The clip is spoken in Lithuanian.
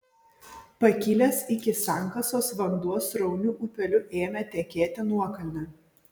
pakilęs iki sankasos vanduo srauniu upeliu ėmė tekėti nuokalne